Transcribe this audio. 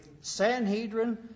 Sanhedrin